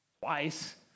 Twice